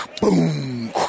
boom